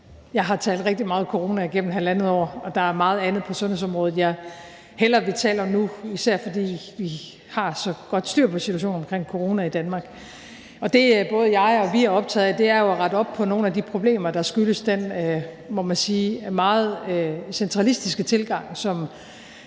Jeg har talt rigtig meget corona igennem halvandet år, og der er meget andet på sundhedsområdet, jeg hellere vil tale om nu, især fordi vi har så godt styr på situationen omkring corona i Danmark. Det, både jeg og vi er optagede af, er at rette op på nogle af de problemer, der skyldes den, må man sige, meget centralistiske tilgang,